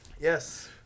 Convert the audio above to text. Yes